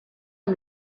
amb